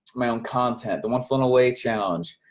my own content, the one funnel away challenge.